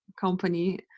company